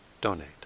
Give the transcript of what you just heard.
donate